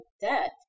death